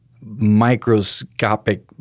microscopic